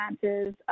chances